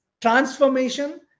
transformation